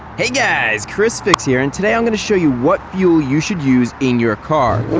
hey guys chrisfix here and today i'm gonna show you what fuel you should use in your car